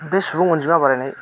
बे सुबुं अनजिमा बारायनाय